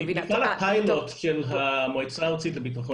עם כל הפיילוט של המועצה הארצית לביטחון